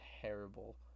terrible